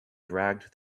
dragged